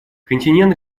континент